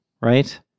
right